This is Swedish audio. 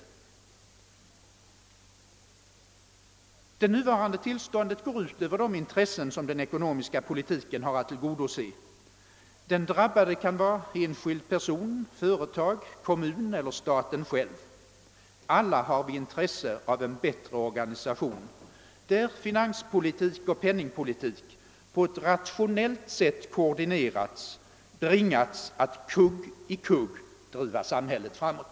Det nuvarande tillståndet går ut över de intressen som den ekonomiska politiken har att tillgodose. Den drabbade kan vara enskild person, företag, kommun eller staten själv. Alla har vi intresse av en bättre organisation där finanspolitik och penningpolitik på ett rationellt sätt koordineras och bringas att kugg i kugg driva samhället framåt.